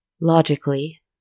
Logically